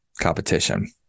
competition